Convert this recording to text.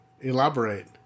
Elaborate